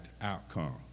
outcome